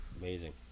Amazing